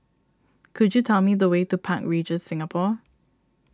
could you tell me the way to Park Regis Singapore